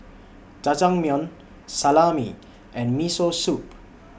Jajangmyeon Salami and Miso Soup